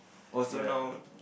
oh so now